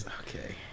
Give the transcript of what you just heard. Okay